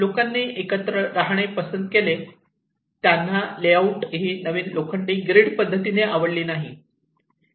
लोकांनी एकत्र राहणे पसंत केले आहे त्यांना लेआउटची ही नवीन लोखंडी ग्रीड पद्धत आवडली नाही